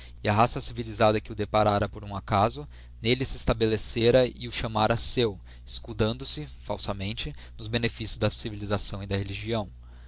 e a raça civilisada iue o deparara por um acaso nelle se estabelecera e o chamara seu escudando se falsamente nos beneflcios da civilisaçào e da religião